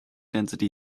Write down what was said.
density